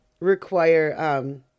require